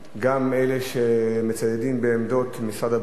גם אלה שמצדדים בעמדות משרד הבריאות,